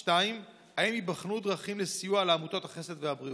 2. האם ייבחנו דרכים לסיוע לעמותות החסד וארגוני הבריאות?